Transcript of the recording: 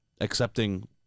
Accepting